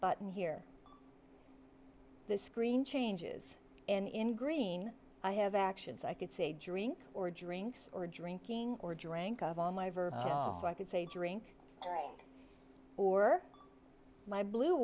button here the screen changes and in green i have actions i could say drink or drinks or drinking or drink of all my ever so i could say drink or my blue